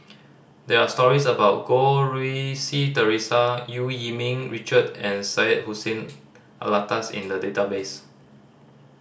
there're stories about Goh Rui Si Theresa Eu Yee Ming Richard and Syed Hussein Alatas in the database